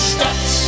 Stadt